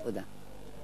תודה.